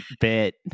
bit